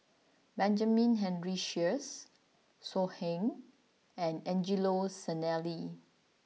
Benjamin Henry Sheares So Heng and Angelo Sanelli